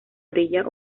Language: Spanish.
orilla